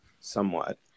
somewhat